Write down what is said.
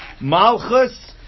Malchus